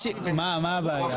למה, מה הבעיה?